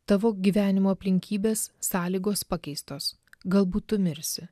tavo gyvenimo aplinkybės sąlygos pakeistos galbūt tu mirsi